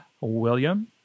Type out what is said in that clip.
William